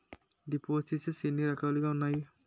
దిపోసిస్ట్స్ ఎన్ని రకాలుగా ఉన్నాయి?